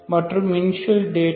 மற்றும் initial data என்ன